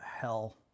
hell